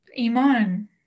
Iman